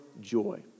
joy